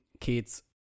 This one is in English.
kids